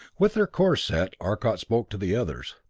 with their course set, arcot spoke to the others.